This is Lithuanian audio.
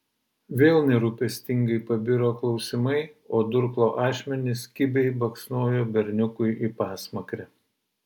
vėl nerūpestingai pabiro klausimai o durklo ašmenys kibiai baksnojo berniukui į pasmakrę